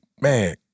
man